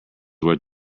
worth